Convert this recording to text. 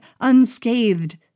unscathed